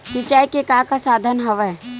सिंचाई के का का साधन हवय?